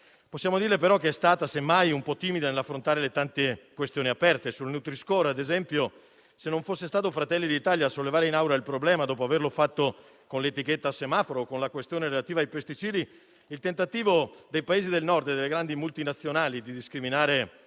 Possiamo dire, però, che è stata un po' timida nell'affrontare le tante questioni aperte. Per quanto riguarda il nutri-score, ad esempio, se non fosse stato il Gruppo Fratelli d'Italia a sollevare in Aula il problema, dopo averlo fatto con le etichette a semaforo o con la questione relativa ai pesticidi, il tentativo dei Paesi del Nord e delle grandi multinazionali di discriminare